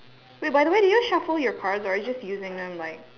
wait by the way did you shuffle your cards or are you just using them like